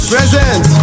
Present